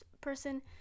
person